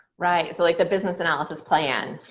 right. so, like the business analysis plan.